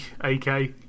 AK